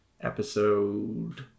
episode